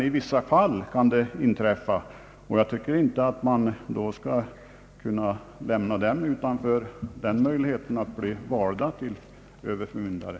I vissa fall kan det dock inträffa, och jag tycker inte att man då skall lämna dem utanför möjligheten att bli valda till överförmyndare.